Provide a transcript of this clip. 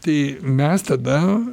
tai mes tada